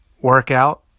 workout